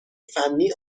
فنی